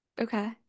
Okay